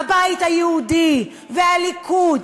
הבית היהודי והליכוד,